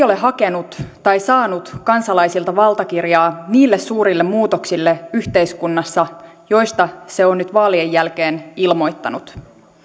ole hakenut tai saanut kansalaisilta valtakirjaa niille suurille muutoksille yhteiskunnassa joista se on nyt vaalien jälkeen ilmoittanut